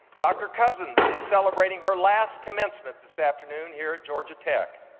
dr. cozzens is celebrating her last commencement this afternoon here at georgia tech.